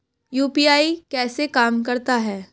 UPI कैसे काम करता है?